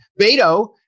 Beto